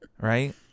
right